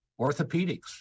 Orthopedics